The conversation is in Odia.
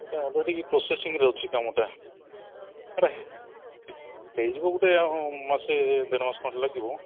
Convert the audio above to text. ସେଇଟା ଅଲ୍ରେଡ଼ି ପ୍ରସୋସିଂରେ ଅଛି କାମଟା ହେଇଯିବ ଗୋଟେ ଆଉ ମାସେ ଦେଢ଼ ମାସେ ଖଣ୍ଡେ ଲାଗିବ